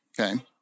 Okay